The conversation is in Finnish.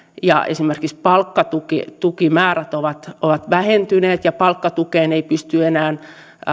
ja esimerkiksi palkkatukimäärät ovat ovat vähentyneet ja palkkatukeen ei pysty enää